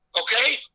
Okay